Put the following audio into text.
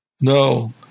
No